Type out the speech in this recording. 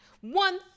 one